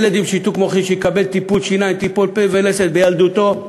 אם ילד עם שיתוק מוחין יקבל טיפול שיניים וטיפול פה ולסת בילדותו,